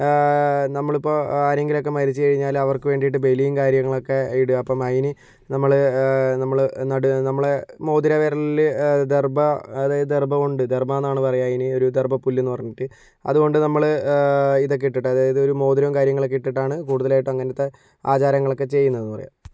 നമ്മളിപ്പോൾ ആരെങ്കിലും ഒക്കെ മരിച്ചു കഴിഞ്ഞാലവർക്ക് വേണ്ടിയിട്ട് ബലിയും കാര്യങ്ങളൊക്കെ ഇടുക അപ്പോൾ അതിന് നമ്മൾ നമ്മൾ നമ്മൾ മോതിര വിരലിൽ ദർഭ അതായത് ദർഭകൊണ്ട് ദർഭയെന്നാണ് പറയുക അതിന് ഒരു ദർഭ പുല്ലെന്നു പറഞ്ഞിട്ട് അതുകൊണ്ട് നമ്മൾ ഇതൊക്കെ ഇട്ടിട്ട് അതായത് ഒരു മോതിരവും കാര്യങ്ങളൊക്കെ ഇട്ടിട്ടാണ് കൂടുതലായിട്ടും അങ്ങനത്തെ ആചാരങ്ങളൊക്കെ ചെയ്യുന്നതെന്ന് പറയാം